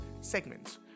segments